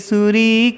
Suri